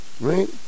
Right